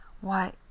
Why—